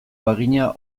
bagina